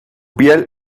piel